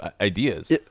ideas